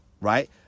right